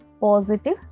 positive